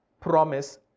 promise